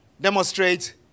demonstrate